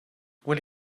will